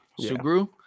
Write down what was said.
Sugru